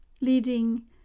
Leading